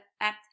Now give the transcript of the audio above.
app